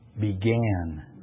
began